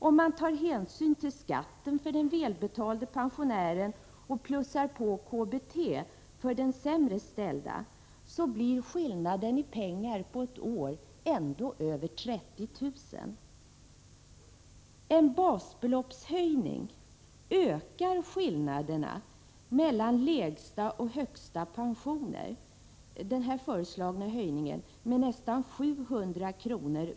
Om man tar hänsyn till skatten för den välbetalde pensionären och 'plussar på KBT för den sämre ställde, finner man att skillnaden i pengar på ett år ändå blir över 30 000 kr. En basbeloppshöjning ökar skillnaderna mellan lägsta och högsta pensioner — med den nu föreslagna höjningen ökar skillnaden med nästan 700 kr.